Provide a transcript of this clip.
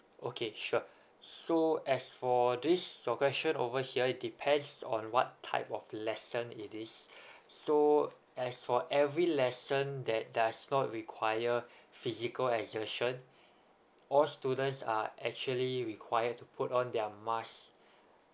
okay sure so as for this your question over here it depends on what type of lesson it is so as for every lesson that does not require physical exertion all students are actually required to put on their mask